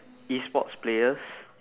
E sports players